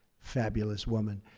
fabulous woman.